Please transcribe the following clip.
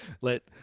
let